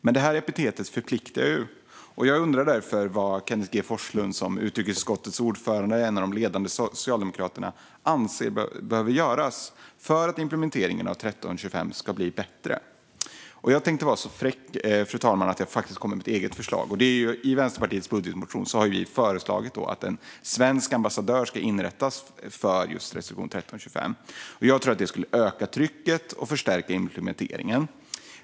Men detta epitet förpliktar, och jag undrar därför vad Kenneth G Forslund, som utrikesutskottets ordförande och en av de ledande socialdemokraterna, anser behöver göras för att implementeringen av 1325 ska bli bättre. Jag tänkte vara så fräck, fru talman, att jag kommer med ett eget förslag. Vi i Vänsterpartiet har i vår budgetmotion föreslagit att en svensk ambassadör ska inrättas för just resolution 1325. Jag tror att detta skulle öka trycket och förstärka implementeringen.